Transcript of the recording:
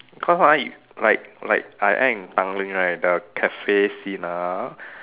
cause ah like like I act in Tanglin right the cafe scene ah